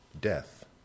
death